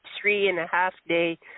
three-and-a-half-day